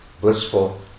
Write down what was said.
blissful